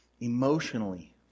emotionally